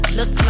Look